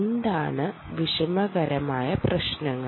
എന്താണ് വിഷമകരമായ പ്രശ്നങ്ങൾ